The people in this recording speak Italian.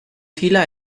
fila